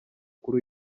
kuri